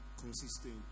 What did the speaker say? consistent